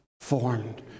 formed